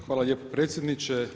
Hvala lijepo predsjedniče.